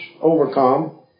overcome